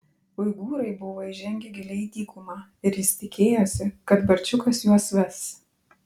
uigūrai buvo įžengę giliai į dykumą ir jis tikėjosi kad barčiukas juos ves